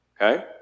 Okay